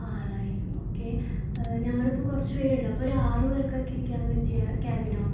ആറായിരം ഓക്കെ ഞങ്ങൾ ഇപ്പോൾ കുറച്ച് പേരുണ്ട് അപ്പോൾ ഒരു ആറ് പേര്ക്കൊക്കെ ഇരിക്കാന് പറ്റിയ ക്യാബിനോ